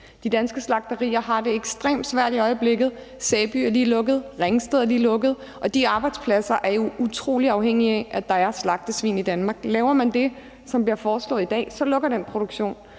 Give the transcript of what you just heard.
De danske slagterier har det ekstremt svært i øjeblikket. Slagteriet i Sæby er lige lukket, slagteriet i Ringsted er lige lukket. De arbejdspladser er jo utrolig afhængige af, at der er slagtesvin i Danmark. Gennemfører man det, som bliver foreslået i dag, så lukker den produktion,